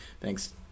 Thanks